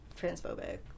transphobic